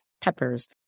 peppers